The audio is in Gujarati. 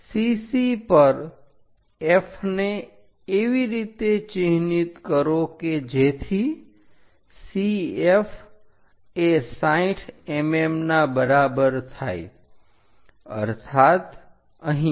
CC પર F ને એવી રીતે ચિહ્નિત કરો કે જેથી CF એ 60 mm ના બરાબર થાય અર્થાત અહીંયા